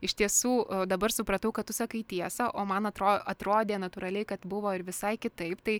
iš tiesų dabar supratau kad tu sakai tiesą o man atro atrodė natūraliai kad buvo ir visai kitaip tai